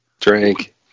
Drink